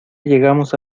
llegamos